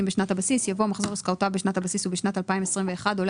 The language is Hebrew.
בשנת הבסיס" יבוא "מחזור עסקאותיו בשנת הבסיס ובששת 2021 עולה